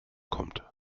kommt